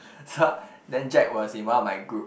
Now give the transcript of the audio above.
so then Jack was in one of my group